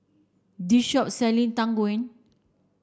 this shop selling Tang Yuen